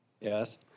Yes